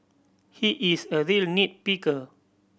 he is a real nit picker